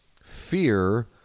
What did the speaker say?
fear